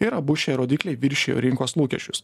ir abu šie rodikliai viršijo rinkos lūkesčius